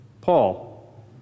Paul